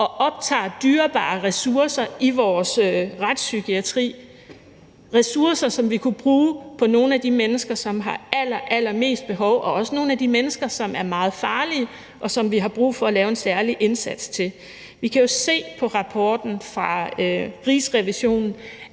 og optager dyrebare ressourcer i vores retspsykiatri, ressourcer, som vi kunne bruge på nogle af de mennesker, som har allerallermest behov, og også nogle af de mennesker, som er meget farlige, og som vi har brug for at lave en særlig indsats til. Vi kan jo se på rapporten fra Rigsrevisionen,